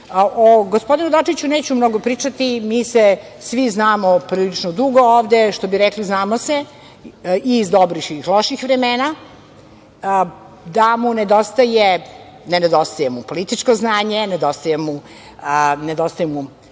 gospodinu Dačiću neću mnogo pričati, mi se svi znamo prilično dugo ovde. Što bi rekli, znamo se i iz dobrih i iz loših vremena. Ne nedostaje mu političko znanje, ne nedostaje mu